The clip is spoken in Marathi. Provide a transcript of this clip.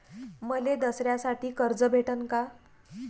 मले दसऱ्यासाठी कर्ज भेटन का?